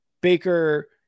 Baker